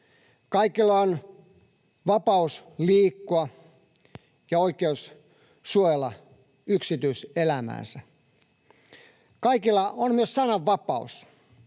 Kaikilla on vapaus liikkua ja oikeus suojella yksityiselämäänsä. Kaikilla on myös sananvapaus.